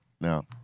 now